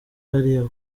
hariya